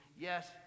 Yes